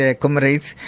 comrades